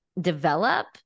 develop